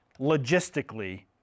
logistically